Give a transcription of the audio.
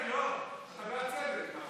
אתה בעד צדק, לא?